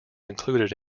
included